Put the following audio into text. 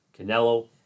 Canelo